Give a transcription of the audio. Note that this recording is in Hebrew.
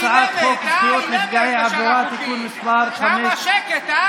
שם שקט, הא?